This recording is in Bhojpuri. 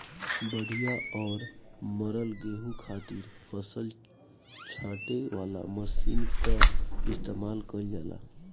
बढ़िया और मरल गेंहू खातिर फसल छांटे वाला मशीन कअ इस्तेमाल कइल जाला